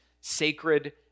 sacred